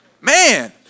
Man